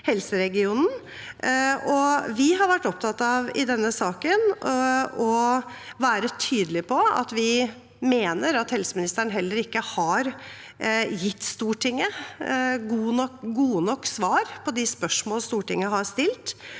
saken vært opptatt av å være tydelige på at vi mener at helseministeren heller ikke har gitt Stortinget gode nok svar på de spørsmål Stortinget har stilt,